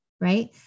right